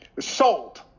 Sold